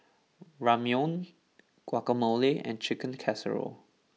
Ramyeon Guacamole and Chicken Casserole